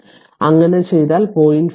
അതിനാൽ അങ്ങനെ ചെയ്താൽ 0